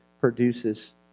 produces